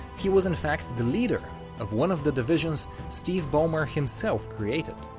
he was in fact the leader of one of the division steve ballmer himself created.